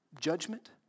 judgment